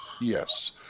Yes